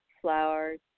flowers